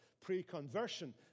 pre-conversion